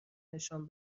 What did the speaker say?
نشان